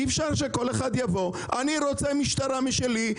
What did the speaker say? אי אפשר שכל אחד יבוא: אני רוצה משטרה שלי,